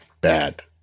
bad